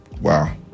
Wow